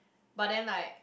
but then like